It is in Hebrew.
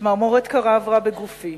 צמרמורת קרה עברה בגופי.